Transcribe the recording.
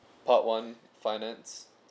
part one finance